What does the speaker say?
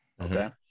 okay